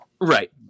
Right